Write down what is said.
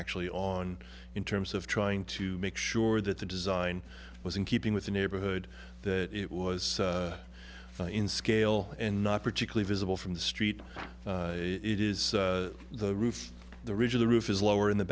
actually on in terms of trying to make sure that the design was in keeping with the neighborhood that it was in scale and not particularly visible from the street it is the roof the ridge of the roof is lower in the